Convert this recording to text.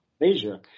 Asia